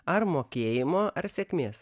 ar mokėjimo ar sėkmės